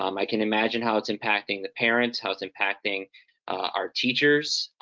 um i can imagine how it's impacting the parents, how it's impacting our teachers,